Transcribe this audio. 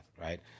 right